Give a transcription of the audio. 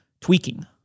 tweaking